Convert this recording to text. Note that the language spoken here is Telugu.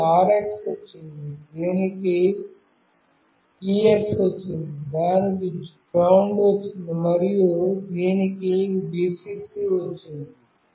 దీనికి RX వచ్చింది దానికి TX వచ్చింది దానికి GND వచ్చింది మరియు దీనికి Vcc వచ్చింది